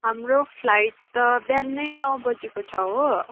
हाम्रो फ्लाइट त बिहान नै नौ बजीको छ हो